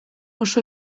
oso